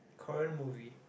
Korean movie